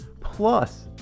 Plus